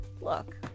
look